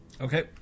Okay